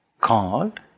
called